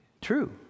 True